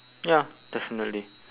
ya definitely